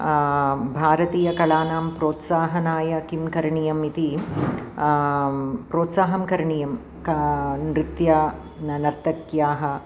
भारतीयकलानां प्रोत्साहनाय किं करणीयम् इति प्रोत्साहं करणीयं का नृत्या न नर्तक्याः